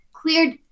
cleared